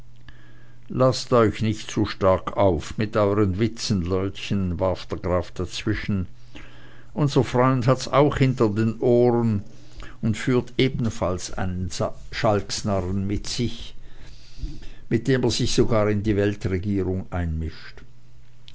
laßt euch nicht zu stark auf mit eueren witzen leutchen warf der graf dazwischen unser freund hat's auch hinter den ohren und führt ebenfalls einen schalksnarren mit sich mit dem er sich sogar in die weltregierung einmischt